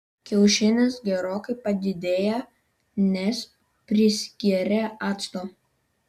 kiaušinis gerokai padidėja nes prisigeria acto